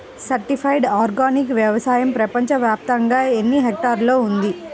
Certified organic వ్యవసాయం ప్రపంచ వ్యాప్తముగా ఎన్నిహెక్టర్లలో ఉంది?